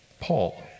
Paul